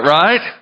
right